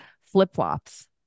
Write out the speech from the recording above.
flip-flops